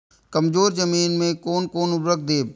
कमजोर जमीन में कोन कोन उर्वरक देब?